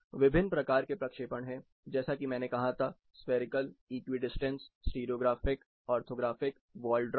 विभिन्न प्रकार के प्रक्षेपण हैं जैसा कि मैंने कहा था spherical equidistance stereographic orthographic wall drums